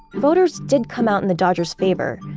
voters did come out in the dodgers favor,